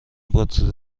باتری